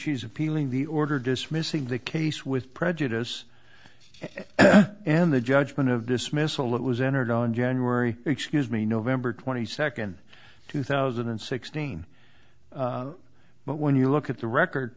she's appealing the order dismissing the case with prejudice and the judgment of dismissal that was entered on january excuse me november twenty second two thousand and sixteen but when you look at the record